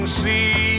see